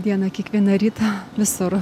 dieną kiekvieną rytą visur